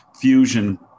fusion